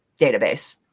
database